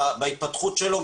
בהתפתחות שלו,